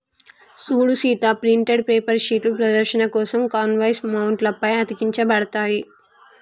సూడు Sita printed paper షీట్లు ప్రదర్శన కోసం కాన్వాస్ మౌంట్ల పై అతికించబడతాయి